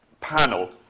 panel